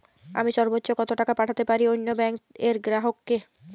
আমি সর্বোচ্চ কতো টাকা পাঠাতে পারি অন্য ব্যাংক র গ্রাহক কে?